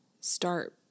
start